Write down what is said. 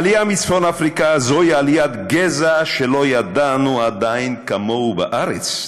העלייה מצפון אפריקה "זוהי עליית גזע שלא ידענו עדיין כמוהו בארץ,